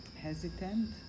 Hesitant